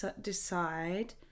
decide